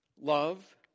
love